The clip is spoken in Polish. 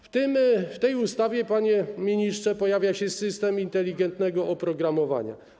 W tej ustawie, panie ministrze, pojawia się system inteligentnego oprogramowania.